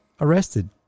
arrested